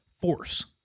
force